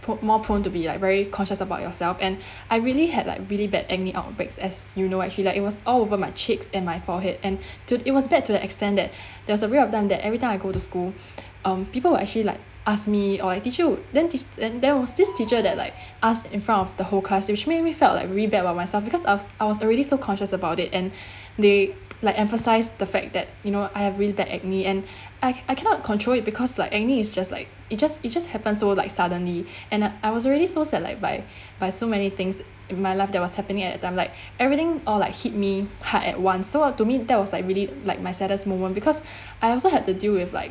put more prone to be like very cautious about yourself and I really had like really bad acne outbreaks as you know actually like it was all over my cheeks and my forehead and to it was bad to that extent that there was a way that I've done that everytime I go to school um people will actually like ask me or teacher would then teach then that there was this teacher that like asked in front of the whole class which made me felt like real bad about myself because I was I was already so cautious about it and they like emphasized the fact that you know I have really bad acne and I I cannot control it because like acne it's just like it just it just happens so like suddenly and uh I was already so sad like by by so many things in my life that was happening at the time like everything all like hit me hard at once so to me that was like really like my saddest moment because I also had to deal with like